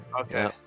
Okay